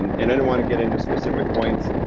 and i don't want to get into specific points.